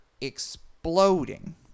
exploding